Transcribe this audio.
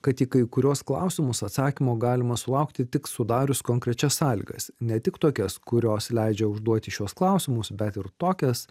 kad į kai kuriuos klausimus atsakymo galima sulaukti tik sudarius konkrečias sąlygas ne tik tokias kurios leidžia užduoti šiuos klausimus bet ir tokias